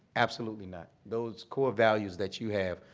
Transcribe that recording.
absolutely not. those core values that you have,